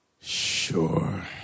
Sure